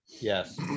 Yes